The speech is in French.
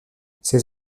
ses